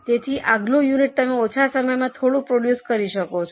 તેથી આગલું યુનિટ તમે ઓછા સમયમાં થોડું પ્રોડ્યૂસ કરી શકો છો